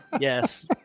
yes